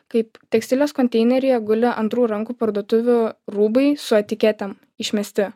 kaip tekstilės konteineryje guli antrų rankų parduotuvių rūbai su etiketėm išmesti